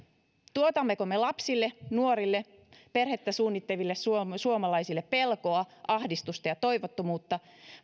tuotammeko me lapsille nuorille perhettä suunnitteleville suomalaisille pelkoa ahdistusta ja toivottomuutta